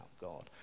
God